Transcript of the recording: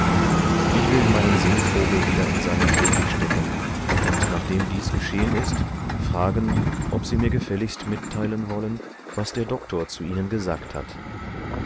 ich will meinen singvogel wieder in seinen käfig stecken und nachdem dies geschehen ist fragen ob sie mir gefälligst mitteilen wollen was der doktorzuihnengesagthat